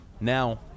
Now